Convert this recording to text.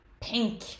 pink